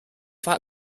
that